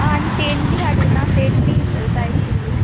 आं आनी तेंडली हाडुना तेंडली जाय आशिल्ली